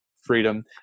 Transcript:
freedom